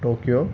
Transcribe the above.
Tokyo